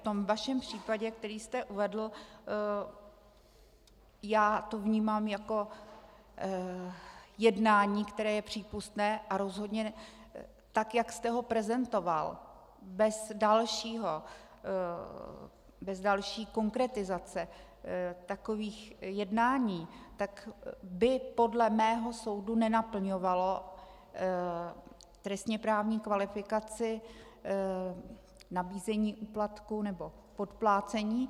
Ve vašem případě, který jste uvedl, já to vnímám jako jednání, které je přípustné, a rozhodně tak jak jste ho prezentoval, bez další konkretizace takových jednání, tak by podle mého soudu nenaplňovalo trestněprávní kvalifikaci nabízení úplatku nebo podplácení.